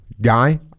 guy